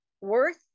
Worth